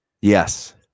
yes